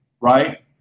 right